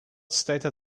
stated